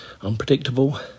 Unpredictable